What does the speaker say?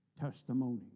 testimony